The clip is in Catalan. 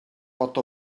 pot